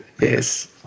yes